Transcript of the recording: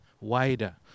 wider